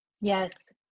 yes